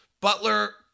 Butler